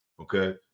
okay